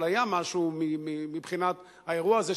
אבל היה משהו מבחינת האירוע הזה,